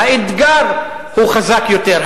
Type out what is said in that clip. האתגר הוא חזק יותר,